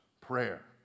prayer